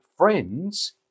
friends